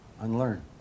Unlearn